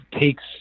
takes